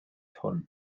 hwn